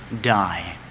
die